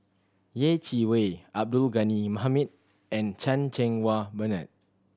Yeh Chi Wei Abdul Ghani Hamid and Chan Cheng Wah Bernard